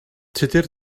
tudur